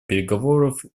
переговоров